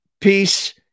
Peace